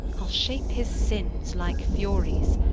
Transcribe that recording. i'le shake his sins like furies,